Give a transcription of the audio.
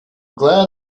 glad